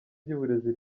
ry’uburezi